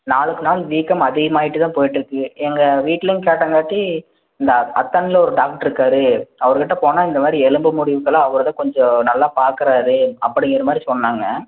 நாளுக்கு நாள் வீக்கம் அதிகமாயிட்டே தான் போய்ட்டுட்ருக்கு எங்கள் வீட்லையும் கேட்டங்காட்டி இந்த அத்தன்ல ஒரு டாக்ட்ருக்காரு அவர்கிட்ட போனால் இந்த மாதிரி எலும்பு முறிவுக்குலாம் அவரு தான் கொஞ்சம் நல்லா பார்க்கறாரு அப்படிங்கிற மாதிரி சொன்னாங்க